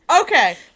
Okay